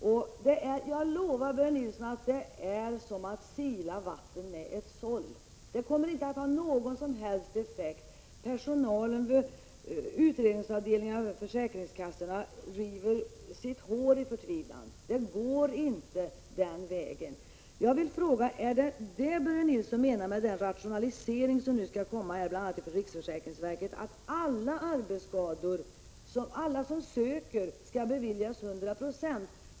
Jag lovar, Börje Nilsson, att det är som att sila vatten med ett såll. Det kommer inte att få någon som helst effekt. Personalen på utredningsavdelningarna på försäkringskassorna sliter sitt hår i förtvivlan — det går inte den vägen. Jag vill fråga Börje Nilsson om den rationalisering som han nu menar skall ske inom bl.a. riksförsäkringsverket innebär att alla som gör ansökningar om ersättning för arbetsskador skall få dessa beviljade till 100 26?